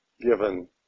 given